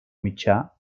mitjà